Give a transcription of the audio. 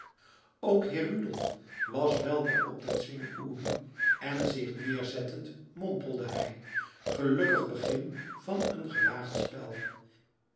ook heer rudolf was weldra op den zwing uri en zich neerzettend mompelde hij gelukkig begin van een gewaagd spel